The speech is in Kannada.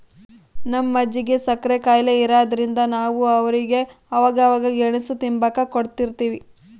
ನಮ್ ಅಜ್ಜಿಗೆ ಸಕ್ರೆ ಖಾಯಿಲೆ ಇರಾದ್ರಿಂದ ನಾವು ಅವ್ರಿಗೆ ಅವಾಗವಾಗ ಗೆಣುಸು ತಿಂಬಾಕ ಕೊಡುತಿರ್ತೀವಿ